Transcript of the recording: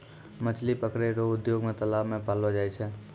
मछली पकड़ै रो उद्योग मे तालाब मे पाललो जाय छै